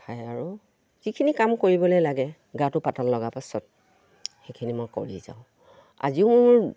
খাই আৰু যিখিনি কাম কৰিবলে লাগে গাটো পাতল লগাৰ পাছত সেইখিনি মই কৰি যাওঁ আজিও মোৰ